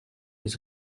les